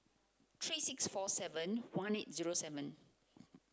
three six four seven one eight zero seven